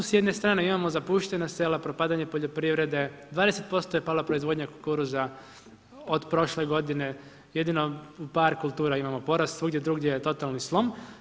S jedne strane imamo zapuštena sela, propadanje poljoprivrede, 20% je pala proizvodnja kukuruza od prošle godine, jedino u par kultura imamo porast, svugdje drugdje je totalni slom.